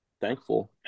thankful